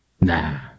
Nah